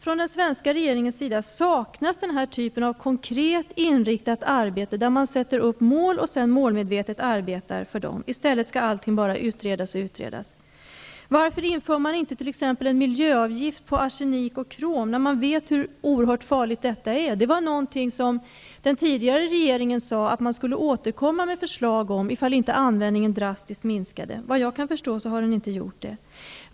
Från den svenska regeringens sida saknas emellertid den här typen av konkret inriktat arbete, där man sätter upp mål och därefter målmedvetet arbetar för dem. Allting skall i stället endast utredas och utredas. Varför inför man inte t.ex. en miljöavgift på arsenik och krom, när man vet hur oerhört farliga dessa ämnen är? Den tidigare regeringen sade att man skulle återkomma med förslag härom, om användningen inte drastiskt minskade. Såvitt jag kan förstå har användningen inte minskat dramatiskt.